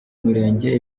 mirenge